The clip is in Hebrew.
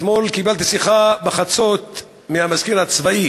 אתמול קיבלתי בחצות שיחה מהמזכיר הצבאי